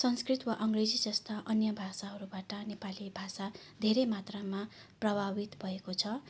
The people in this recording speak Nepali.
संस्कृत वा अङ्ग्रेजी जस्ता अन्य भाषाहरूबाट नेपाली भाषा धेरै मात्रामा प्रभावित भएको छ